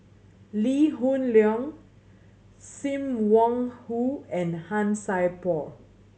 Lee Hoon Leong Sim Wong Hoo and Han Sai Por